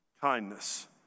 kindness